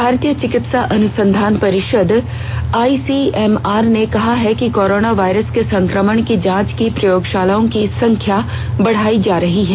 भारतीय चिकित्सा अनुसंधान परिषद आईसीएमआर ने कहा है कि कोरोना वायरस के संक्रमण की जांच की प्रयोगशालाओं की संख्या बढ़ाई जा रही है